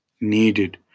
needed